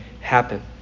happen